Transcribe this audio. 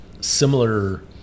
similar